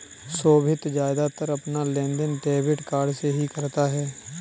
सोभित ज्यादातर अपना लेनदेन डेबिट कार्ड से ही करता है